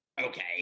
Okay